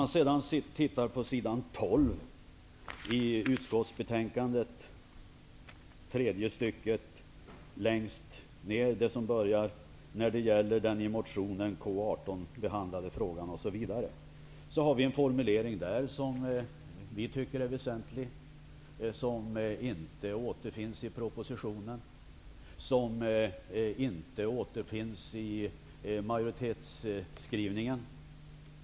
Tredje stycket på s. 12 i utskottsbetänkandet börjar med orden: ''När det gäller den i motionen K18 behandlade frågan --.'' Vi tycker att vår formulering där är väsentlig. Den återfinns inte i propositionen eller i majoritetens skrivning.